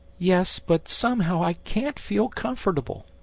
yes, but somehow i can't feel comfortable.